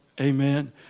Amen